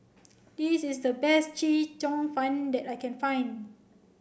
this is the best Chee Cheong Fun that I can find